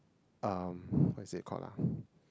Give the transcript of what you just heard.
um what is it called ah